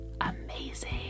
amazing